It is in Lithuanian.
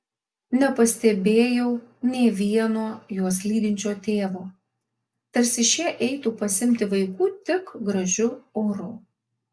nepastebėjau nė vieno juos lydinčio tėvo tarsi šie eitų pasiimti vaikų tik gražiu oru